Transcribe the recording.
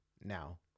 now